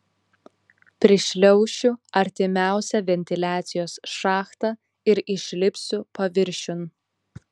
prišliaušiu artimiausią ventiliacijos šachtą ir išlipsiu paviršiun